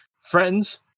friends